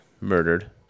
murdered